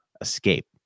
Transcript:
escape